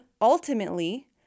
ultimately